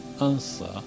answer